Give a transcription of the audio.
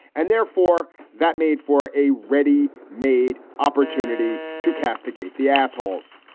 and therefore that made for a ready made opportunity to castigate the assholes.